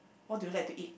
what do you like to eat